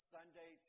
Sunday